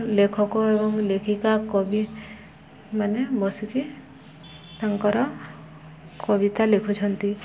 ଲେଖକ ଏବଂ ଲେଖିକା କବି ମାନେ ବସିକି ତାଙ୍କର କବିତା ଲେଖୁଛନ୍ତି